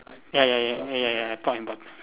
ya ya ya ya ya ya top and bot~